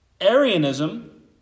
Arianism